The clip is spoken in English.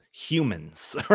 humans